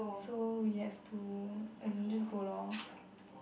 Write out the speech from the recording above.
so we have two then just go lor